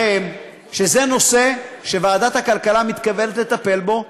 שזה נושא שוועדת הכלכלה מתכוונת לטפל בו.